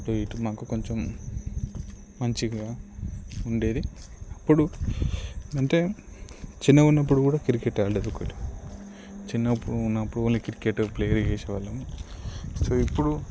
అటు ఇటు మాకు కొంచెం మంచిగా ఉండేది అప్పుడు అంటే చిన్నగా ఉన్నప్పుడు కూడా క్రికెట్ ఆడలేదు ఎప్పుడు చిన్నగా ఉన్నప్పుడు క్రికెట్ ప్లేయర్ చేసేవాళ్ళం సో ఇప్పుడు